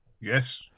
Yes